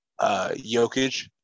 Jokic